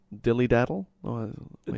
Dilly-daddle